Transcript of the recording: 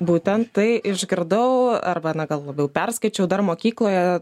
būtent tai išgirdau arba na gal labiau perskaičiau dar mokykloje